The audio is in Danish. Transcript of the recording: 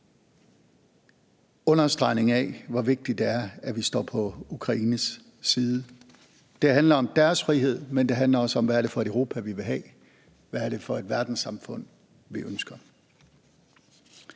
understregning af, hvor vigtigt det er, vi står på Ukraines side. Det handler om deres frihed, men det handler også om, hvad det er for et Europa, vi vil have, hvad det er for det verdenssamfund, vi ønsker.